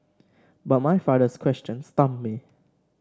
but my father's question stumped me